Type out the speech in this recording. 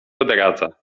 odradza